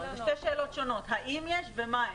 אלה שתי שאלות שונות: האם יש, ומה הן.